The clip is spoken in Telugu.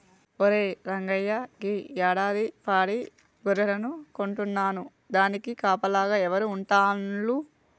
ఒరే రంగయ్య గీ యాడాది పాడి గొర్రెలను కొంటున్నాను దానికి కాపలాగా ఎవరు ఉంటాల్లు